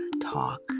talk